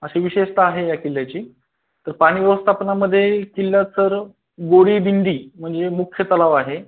अशी विशेषता आहे या किल्ल्याची तर पाणी व्यवस्थापनामध्ये किल्ल्यात सर गोरीबिंंदी म्हणजे मुख्य तलाव आहे